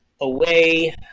Away